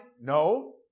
No